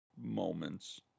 moments